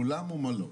עולם ומלואו,